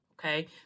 okay